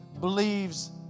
believes